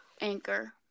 Anchor